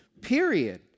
period